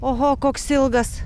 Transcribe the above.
oho koks ilgas